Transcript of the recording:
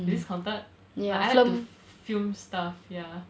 is this counted ya I like to film stuff